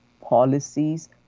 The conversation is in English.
policies